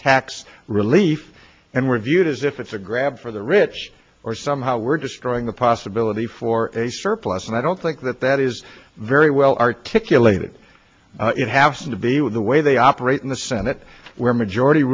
tax relief and we're viewed as if it's a grab for the rich or somehow we're destroying the possibility for a surplus and i don't think that that is very well articulated it has to be with the way they operate in the senate where majority